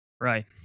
Right